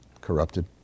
corrupted